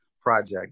project